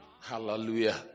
Hallelujah